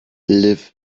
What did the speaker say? live